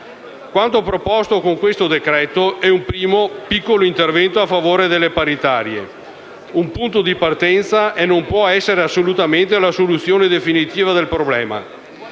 Quanto proposto con il decreto-legge in esame è un primo, piccolo intervento a favore delle paritarie. È un punto di partenza e non può essere assolutamente la soluzione definitiva del problema.